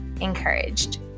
encouraged